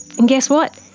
and guess what?